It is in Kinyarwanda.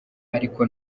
ariko